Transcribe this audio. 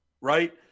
right